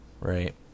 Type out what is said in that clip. right